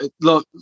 look